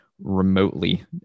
remotely